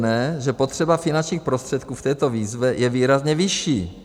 Je zjevné, že potřeba finančních prostředků v této výzvě je výrazně vyšší.